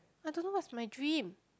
I don't know what's my dream